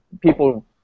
people